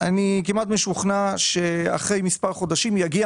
אני כמעט משוכנע שאחרי מספר חודשים יגיע